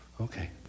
Okay